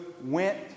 went